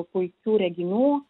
puikių reginių